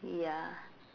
ya